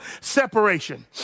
Separation